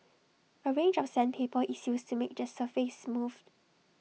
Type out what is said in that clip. A range of sandpaper is used to make the surface smooth